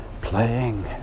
playing